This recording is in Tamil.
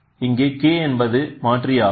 இங்குk என்பது மாறி ஆகும்